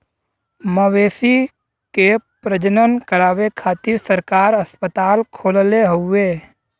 मवेशी के प्रजनन करावे खातिर सरकार अस्पताल खोलले हउवे